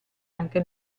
anche